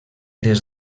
des